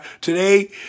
today